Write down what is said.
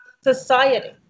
society